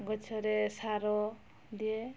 ଗଛରେ ସାର ଦିଏ